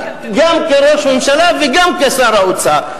גם כראש ממשלה וגם כשר האוצר.